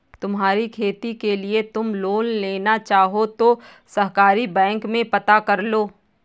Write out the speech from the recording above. तुम्हारी खेती के लिए तुम लोन लेना चाहो तो सहकारी बैंक में पता करलो